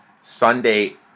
Sunday